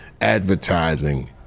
advertising